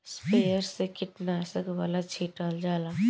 sprayer से कीटनाशक वाला छीटल जाला